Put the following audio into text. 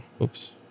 oops